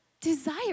desire